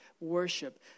worship